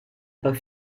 pas